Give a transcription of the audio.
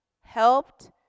helped